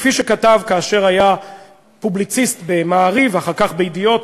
כפי שכתב כאשר היה פובליציסט ב"מעריב" ואחר כך ב"ידיעות",